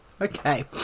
okay